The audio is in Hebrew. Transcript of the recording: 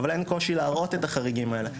אבל אין קושי להראות את החריגים האלה.